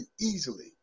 easily